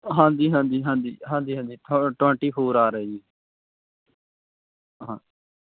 ਹਾਂਜੀ ਹਾਂਜੀ ਹਾਂਜੀ ਹਾਂਜੀ ਹਾਂਜੀ ਹੋਰ ਟਵੰਟੀ ਫੋਰ ਆਰ ਹੈ ਜੀ ਹਾਂ